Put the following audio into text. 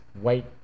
white